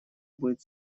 будет